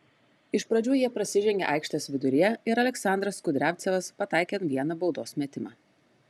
iš pradžių jie prasižengė aikštės viduryje ir aleksandras kudriavcevas pataikė vieną baudos metimą